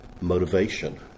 motivation